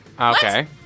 okay